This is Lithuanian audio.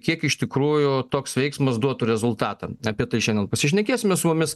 kiek iš tikrųjų toks veiksmas duotų rezultatą apie tai šiandien pasišnekėsime su mumis